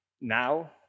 now